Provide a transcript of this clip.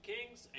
Kings